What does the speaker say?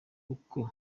uko